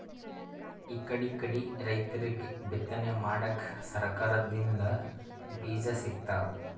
ಇಕಡಿಕಡಿ ರೈತರಿಗ್ ಬಿತ್ತನೆ ಮಾಡಕ್ಕ್ ಸರಕಾರ್ ದಿಂದ್ ಬೀಜಾ ಸಿಗ್ತಾವ್